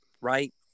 right